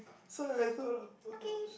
so I thought ab~ about that